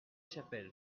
chapelle